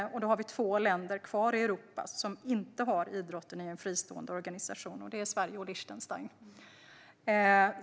Sedan finns det två länder kvar i Europa som inte har idrotten i en fristående organisation, och det är Sverige och Lichtenstein.